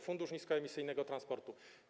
Fundusz Niskoemisyjnego Transportu.